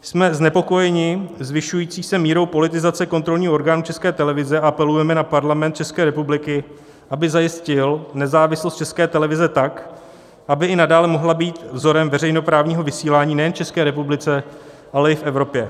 Jsme znepokojeni zvyšující se mírou politizace kontrolního orgánu České televize a apelujeme na Parlament České republiky, aby zajistil nezávislost České televize tak, aby i nadále mohla být vzorem veřejnoprávního vysílání nejen v České republice, ale i v Evropě.